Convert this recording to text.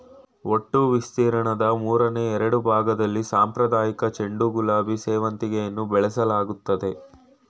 ಒಟ್ಟು ವಿಸ್ತೀರ್ಣದ ಮೂರನೆ ಎರಡ್ಭಾಗ್ದಲ್ಲಿ ಸಾಂಪ್ರದಾಯಿಕ ಚೆಂಡು ಗುಲಾಬಿ ಸೇವಂತಿಗೆಯನ್ನು ಬೆಳೆಸಲಾಗ್ತಿದೆ